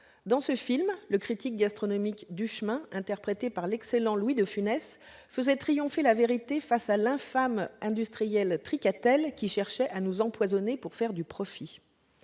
Dans ce film, le critique gastronomique Duchemin, interprété par l'excellent Louis de Funès, faisait triompher la vérité face à l'infâme industriel Tricatel, qui cherchait à nous empoisonner pour faire du profit.